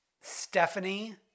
Stephanie